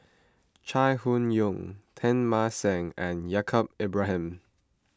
Chai Hon Yoong Teng Mah Seng and Yaacob Ibrahim